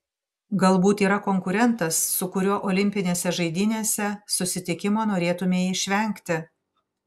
galbūt yra konkurentas su kuriuo olimpinėse žaidynėse susitikimo norėtumei išvengti